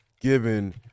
given